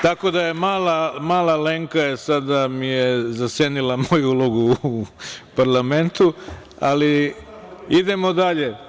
Tako da je sada mala Lenka zasenila moju ulogu u parlamentu, ali idemo dalje.